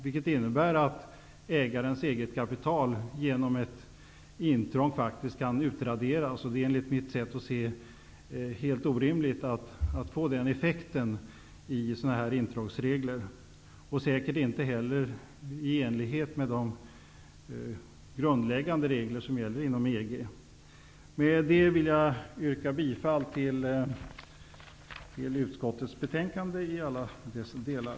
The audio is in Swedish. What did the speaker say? Det innebär att ägarens egetkapital faktiskt kan utraderas genom ett intrång. Att få den effekten med sådana här intrångsregler är helt orimligt. Det är säkert inte heller i enlighet med de grundläggande regler som gäller inom EG. Herr talman! Jag yrkar bifall till utskottets hemställan i alla dess delar.